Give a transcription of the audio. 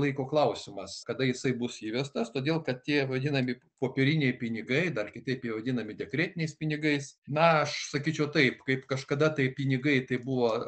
laiko klausimas kada jisai bus įvestas todėl kad tie vadinami popieriniai pinigai dar kitaip jie vadinami dekretiniais pinigais na aš sakyčiau taip kaip kažkada tai pinigai tai buvo